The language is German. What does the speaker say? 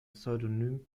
pseudonym